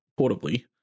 portably